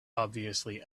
obviously